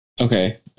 Okay